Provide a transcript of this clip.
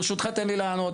ברשותך, תן לי לענות.